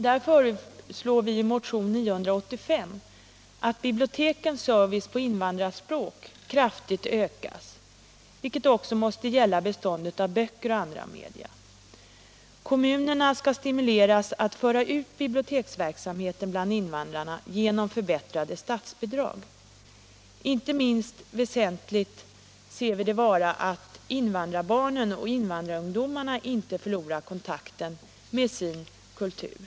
Vi föreslår i motionen 987 att bibliotekens service på invandrarspråk kraftigt ökas, vilket också måste gälla beståndet av böcker och andra media. Kommunerna bör genom förbättrade statsbidrag stimuleras att föra ut biblioteksverksamheten bland invandrarna. Inte minst väsentligt anser vi det vara att invandrarbarnen och invandrarungdomarna inte förlorar kontakten med sin kultur.